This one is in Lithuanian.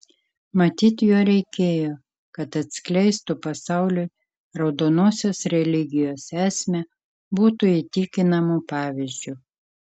matyt jo reikėjo kad atskleistų pasauliui raudonosios religijos esmę būtų įtikinamu pavyzdžiu